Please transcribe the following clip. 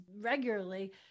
regularly